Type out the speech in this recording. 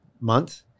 month